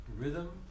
rhythm